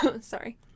sorry